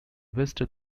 western